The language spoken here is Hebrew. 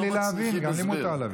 תן לי להבין, גם לי מותר להבין.